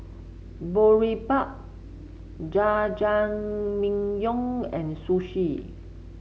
Boribap Jajangmyeon and Sushi